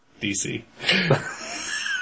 DC